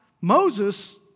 Moses